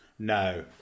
No